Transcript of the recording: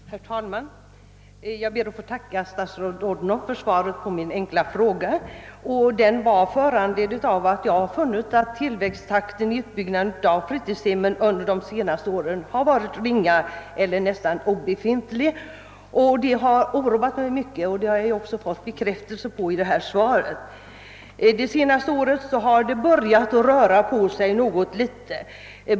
Herr talman! Jag ber att få tacka statsrådet Odhnoff för svaret på min fråga. Den var föranledd av att jag funnit att tillväxttakten i utbyggnaden av fritidshemmen under de senaste åren har varit ringa eller nästan obefintlig. Detta har oroat mig mycket, och jag har också fått bekräftelse på att det förhåller sig på detta sätt genom statsrådets svar. Under det senaste året har det börjat röra på sig något litet.